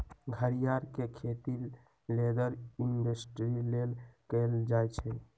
घरियार के खेती लेदर इंडस्ट्री लेल कएल जाइ छइ